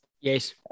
Yes